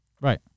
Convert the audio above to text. Right